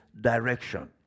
direction